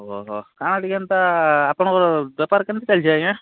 ଓହୋ କାଣା ଟିକିଏ ଏମ୍ତା ଆପଣଙ୍କର ବେପାର କେମିତି ଚାଲିଛି ଆଜ୍ଞା